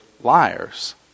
liars